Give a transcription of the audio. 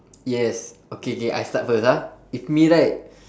yes okay K I start first ah if me right